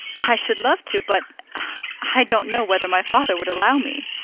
i should love to, but i don't know whether my father would allow me.